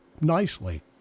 nicely